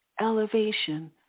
elevation